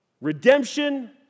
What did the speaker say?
redemption